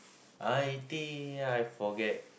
I think ya I forget